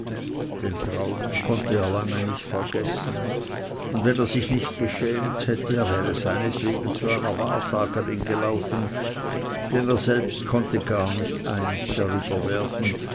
den traum konnte er lange nicht vergessen und wenn er sich nicht geschämt hätte er wäre seinetwegen zu einer wahrsagerin gelaufen denn er selbst konnte gar nicht einig darüber werden